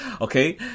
Okay